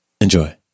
Enjoy